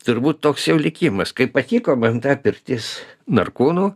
turbūt toks jau likimas kaip patiko man ta pirtis narkūnų